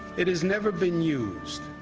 it is never been used.